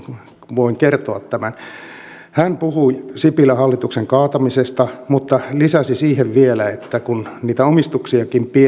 voin kertoa tämän hän puhui sipilän hallituksen kaatamisesta mutta lisäsi siihen vielä että kun niitä omistuksiakin